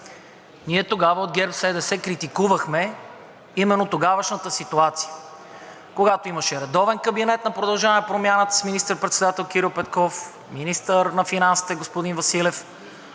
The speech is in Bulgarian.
Ние тогава от ГЕРБ-СДС критикувахме именно тогавашната ситуация, когато имаше редовен кабинет на „Продължаваме Промяната“ с министър-председател Кирил Петков, министър на финансите господин Василев,